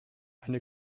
eine